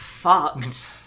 Fucked